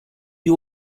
you